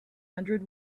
hundred